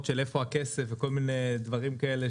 של "איפה הכסף?" וכל מיני דברים כאלה